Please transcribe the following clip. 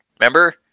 Remember